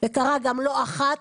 וקרה גם לא אחת,